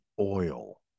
oil